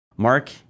Mark